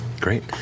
Great